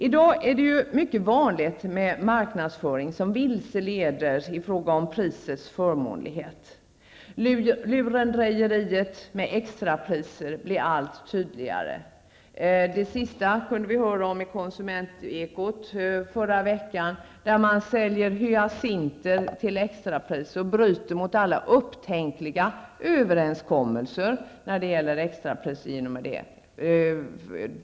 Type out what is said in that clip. I dag är det mycket vanligt med marknadsföring som vilseleder i fråga om prisets förmånlighet. Lurendrejeriet med extrapriser blir allt tydligare. Det senaste kunde vi höra talas om i Konsumentekot förra veckan. Man säljer hyacinter till extrapriser och bryter i och med det mot alla upptänkliga överenskommelser om extrapriser.